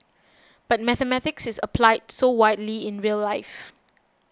but mathematics is applied so widely in real life